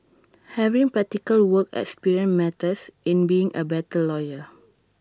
having practical work experience matters in being A better lawyer